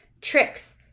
tricks